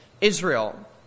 Israel